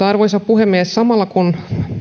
arvoisa puhemies samalla kun